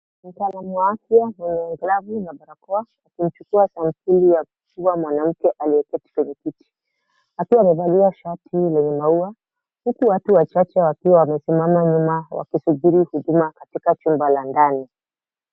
Mtaalamu wa afya mwenye glavu na barakoa akimchukua sampuli ya kifua mwanamke aliyeketi kwenye kiti akiwa amevalia shati lenye maua huku watu wachache wakiwa wamesimama nyuma wakisubiri huduma katika chumba la ndani.